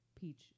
peach